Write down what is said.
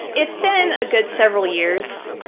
it's been a good several years.